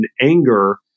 anger